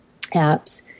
apps